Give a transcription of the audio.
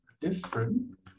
different